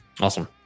Awesome